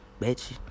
Bitch